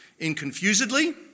Inconfusedly